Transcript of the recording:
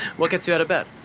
what gets you out of bed?